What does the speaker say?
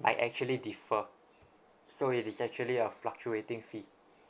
might actually differ so it is actually a fluctuating fee